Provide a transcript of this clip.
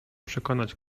przekonać